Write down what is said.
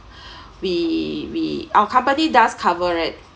we we our company does cover it